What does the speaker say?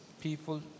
people